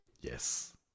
Yes